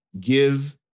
give